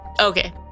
okay